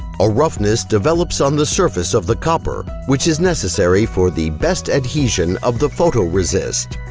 a roughness develops on the surface of the copper, which is necessary for the best adhesion of the photoresist.